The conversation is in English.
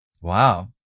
wow